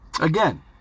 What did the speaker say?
Again